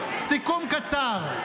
סיכום קצר,